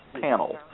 panel